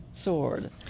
sword